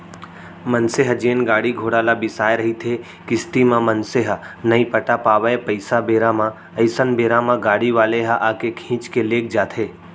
मनसे ह जेन गाड़ी घोड़ा ल बिसाय रहिथे किस्ती म मनसे ह नइ पटा पावय पइसा बेरा म अइसन बेरा म गाड़ी वाले ह आके खींच के लेग जाथे